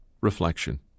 reflection